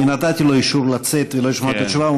אני נתתי לו אישור לצאת ולא לשמוע את התשובה,